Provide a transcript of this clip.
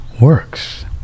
works